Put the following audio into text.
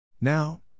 Now